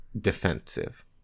defensive